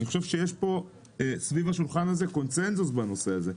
אני חושב שיש פה סביב השולחן הזה קונצנזוס בנושא הזה.